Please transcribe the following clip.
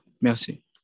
Merci